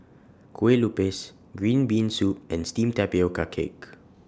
Kue Lupis Green Bean Soup and Steamed Tapioca Cake